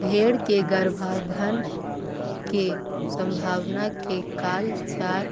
भेंड़ के गर्भाधान के संभावना के काल चार